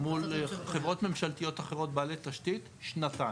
מול חברות ממשלתיות אחרות, בעלי תשתית, שנתיים.